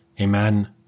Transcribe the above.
Amen